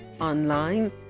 online